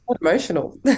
emotional